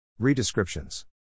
Redescriptions